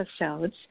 episodes